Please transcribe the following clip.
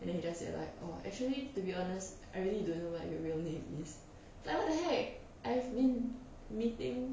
and then he just say like orh actually to be honest I really don't know what your real name is like what the heck I have been meeting